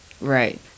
Right